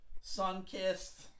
sun-kissed